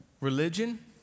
Religion